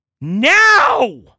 Now